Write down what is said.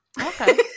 okay